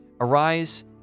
Arise